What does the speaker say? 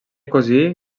cosí